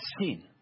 sin